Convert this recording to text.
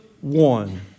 one